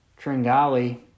Tringali